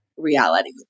reality